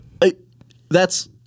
That's-